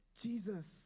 Jesus